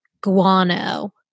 guano